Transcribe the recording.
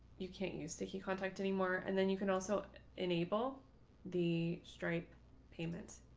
you can't you see, he can't act anymore, and then you can also enable the strike payment.